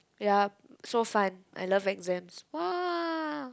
ya so fun I love exams !wah!